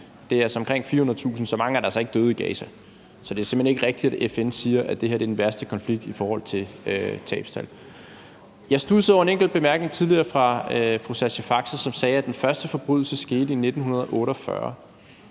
altså omkring 400.000. Så mange er der altså ikke døde i Gaza. Så det er simpelt hen ikke rigtigt, at FN siger, at det her er den værste konflikt i forhold til tabstal. Jeg studsede over en enkelt bemærkning tidligere fra fru Sascha Faxe, som sagde, at den første forbrydelse skete i 1948.